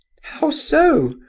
how so?